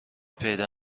پیدا